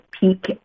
peak